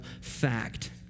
fact